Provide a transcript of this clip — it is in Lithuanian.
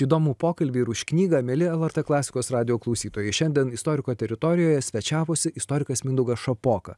įdomų pokalbį ir už knygą mieli lrt klasikos radijo klausytojai šiandien istoriko teritorijoje svečiavosi istorikas mindaugas šapoka